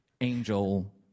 Angel